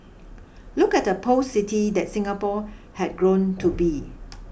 look at the post city that Singapore had grown to be